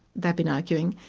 they've been arguing,